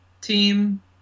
team